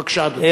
בבקשה, אדוני.